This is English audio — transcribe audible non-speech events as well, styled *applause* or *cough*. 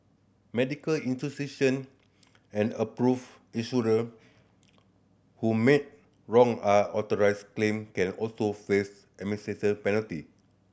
medical institution and approved insurer who make wrong are authorised claim can also face *unintelligible* penalty